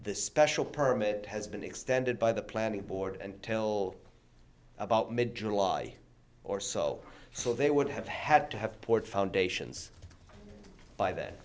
the special permit has been extended by the planning board and till about mid july or so so they would have had to have poured foundations by then